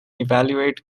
evaluate